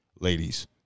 ladies